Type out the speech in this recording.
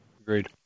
Agreed